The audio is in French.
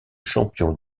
champion